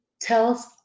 tells